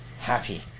happy